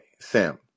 Sam